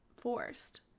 forced